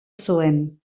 zuen